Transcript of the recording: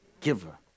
giver